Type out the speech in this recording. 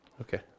Okay